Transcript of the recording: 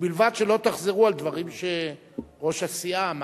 ובלבד שלא תחזרו על דברים שראש הסיעה אמר,